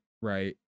right